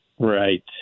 Right